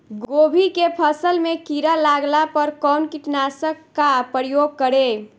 गोभी के फसल मे किड़ा लागला पर कउन कीटनाशक का प्रयोग करे?